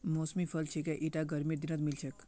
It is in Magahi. मौसमी फल छिके ईटा गर्मीर दिनत मिल छेक